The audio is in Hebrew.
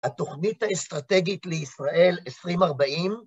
התוכנית האסטרטגית לישראל 2040